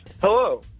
Hello